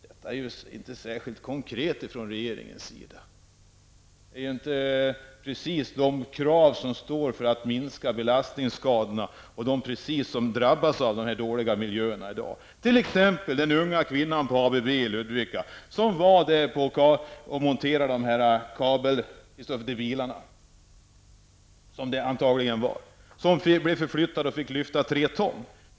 Detta är inte särskilt konkret från regeringens sida. Det är inte precis de krav som står för att minska belastningsskadorna för dem som är drabbade av de dåliga miljöerna i dag. Vi har då exemplet med den unga kvinnan på ABB i Ludvika som monterade kablar i bilar. Efter en förflyttning till annan arbetsplats fick hon i stället lyfta sammanlagt 3 ton om dagen.